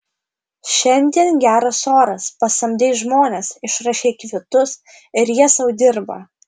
šiandien geras oras pasamdei žmones išrašei kvitus ir jie sau dirba